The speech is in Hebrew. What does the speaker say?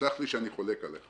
וסלח לי שאני חולק עליך